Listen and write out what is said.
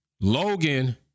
logan